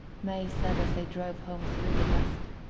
may said as they drove home through the dusk.